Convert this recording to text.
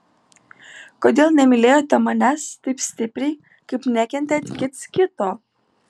kodėl nemylėjote manęs taip stipriai kaip nekentėt kits kito